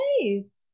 Nice